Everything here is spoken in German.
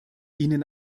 ihnen